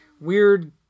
weird